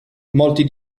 molti